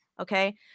Okay